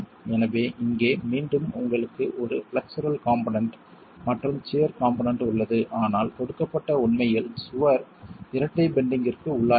எனவே இங்கே மீண்டும் உங்களுக்கு ஒரு பிளக்சரல் காம்போனென்ட் மற்றும் சியர் காம்போனென்ட் உள்ளது ஆனால் கொடுக்கப்பட்ட உண்மையில் சுவர் இரட்டை பெண்டிங்ற்கு உள்ளாகிறது